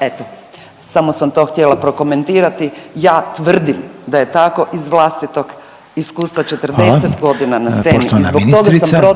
Eto samo sam to htjela prokomentirati. Ja tvrdim da je tako iz vlastitog iskustva…/Upadica Reiner: Hvala,